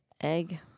Egg